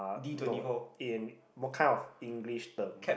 no in what kind of English term